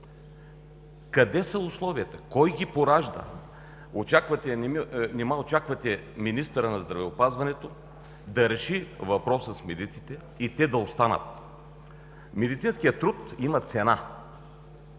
Къде са условията? Кой ги поражда? Нима очаквате министърът на здравеопазването да реши въпроса с медиците и те да останат? Медицинският труд има цена.